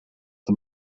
the